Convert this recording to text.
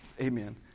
Amen